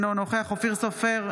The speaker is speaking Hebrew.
אינו נוכח אופיר סופר,